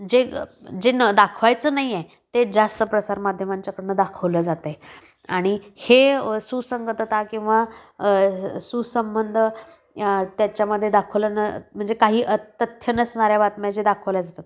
जे जे न दाखवायचं नाही आहे तेचं जास्त प्रसार माध्यमांच्याकडनं दाखवलं जातं आहे आणि हे सुसंगतता किंवा सुसंबंध त्याच्यामध्ये दाखवलं न म्हणजे काही तथ्य नसणाऱ्या बातम्या जे दाखवल्या जातात